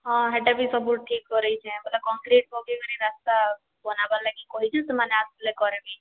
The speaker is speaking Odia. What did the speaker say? ହଁ ହେଟା ବି ସବୁ ଠିକ୍ କରେଇଛେଁ ବେଲେ କଂକ୍ରିଟ୍ ପକେଇକରି ରାସ୍ତା ବନାବାର୍ ଲାଗି କହିଁଛେ ସେମାନେ ଆସ୍ଲେ କର୍ମି